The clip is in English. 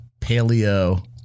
paleo